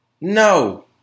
No